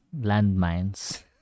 landmines